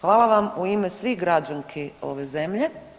Hvala vam u ime svih građanki ove zemlje.